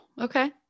okay